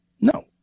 No